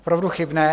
Opravdu chybné.